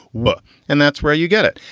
but and that's where you get it.